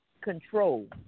control